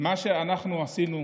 מה שאנחנו עשינו,